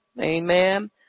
Amen